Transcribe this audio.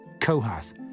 Kohath